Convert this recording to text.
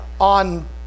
on